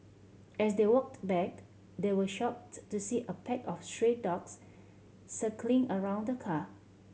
as they walked back they were shocked to see a pack of dogs circling around the car